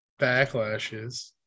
backlashes